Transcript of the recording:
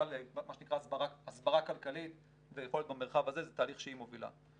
מה שנקרא הסברה כלכלית ויכולת במרחב הזה זה תהליך שהיא מובילה.